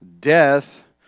death